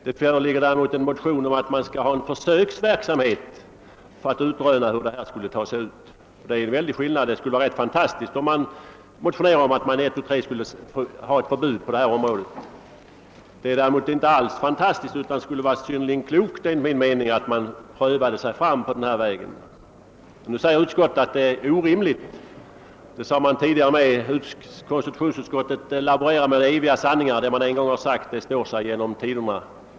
Det föreligger däremot en motion om försöksverksamhet för att utröna hur det skulle slå ut, och det är en skillnad. Det skulle vara fantastiskt om vi motionerade om att ett tu tre införa ett förbud. Det är däremot inte alls fantastiskt, utan det skulle enligt min mening vara synnerligen klokt, att pröva sig fram på den här vägen. Nu säger utskottet att detta är orimligt. Det har utskottet sagt tidigare också. - Konstitutionsutskottet = laborerar med eviga sanningar: det man en gång har sagt står sig genom tiderna.